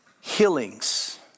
healings